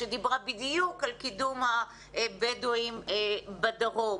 שדיברה בדיוק על קידום הבדווים בדרום.